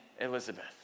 Elizabeth